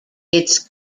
its